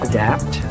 Adapt